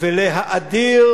ולהאדיר